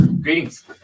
Greetings